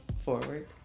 forward